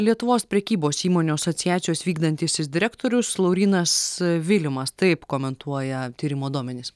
lietuvos prekybos įmonių asociacijos vykdantysis direktorius laurynas vilimas taip komentuoja tyrimo duomenis